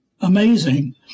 amazing